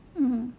mmhmm